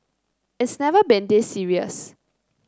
it's never been this serious